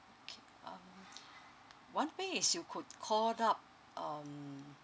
okay um one way is you could call up um